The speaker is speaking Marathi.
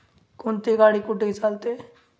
कोणती गाडी कुठेही चालते